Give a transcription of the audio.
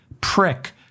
prick